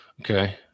okay